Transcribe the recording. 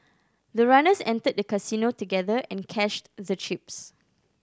the runners entered the casino together and cashed the chips